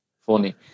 funny